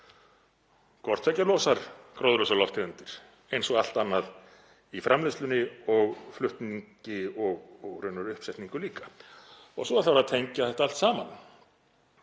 Hvort tveggja losar gróðurhúsalofttegundir eins og allt annað í framleiðslunni og flutningi og raunar uppsetningu líka og svo þarf að tengja þetta allt saman.